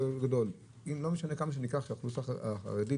גדול יותר לא משנה מה שיעור האוכלוסייה החרדית